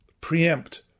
preempt